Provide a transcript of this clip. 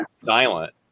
silent